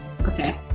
Okay